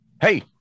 Hey